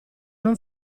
non